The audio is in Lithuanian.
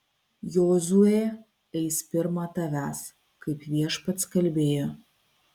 jozuė eis pirma tavęs kaip viešpats kalbėjo